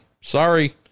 Sorry